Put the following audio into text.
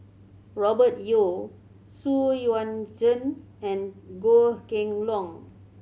Robert Yeo Xu Yuan Zhen and Goh Kheng Long